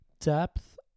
depth